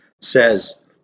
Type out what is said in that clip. says